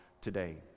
today